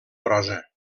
prosa